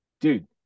dude